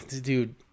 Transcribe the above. dude